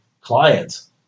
clients